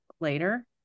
later